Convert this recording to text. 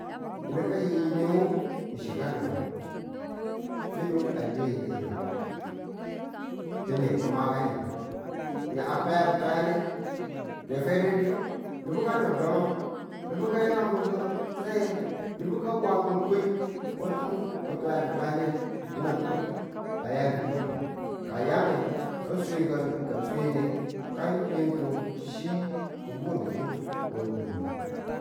yinu ka yin yineng chi ka ni̱n nang finu a le yinang yinang dine ki̱ makanidu ni a twayabu twayane ye fere diyen nubu ka ni̱n dumang nubu ka ya kan muku saye nubu ka mwa mun koi ko ti̱ttu ki̱ twayadu twayene yineng ti̱bwali aya gi̱gang ka a ya nge ga swe ga ka swe ne, ka yinti chi ki̱ bunutu a bwi nu.